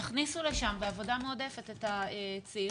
תכניסו לשם בעבודה מועדפת את הצעירים.